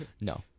No